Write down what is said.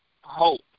hope